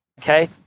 Okay